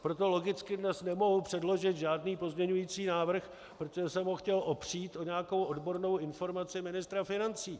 Proto logicky dnes nemohu předložit žádný pozměňující návrh, protože jsem ho chtěl opřít o nějakou odbornou informaci ministra financí.